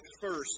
first